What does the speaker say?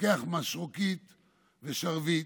לוקח משרוקית ושרביט,